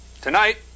Tonight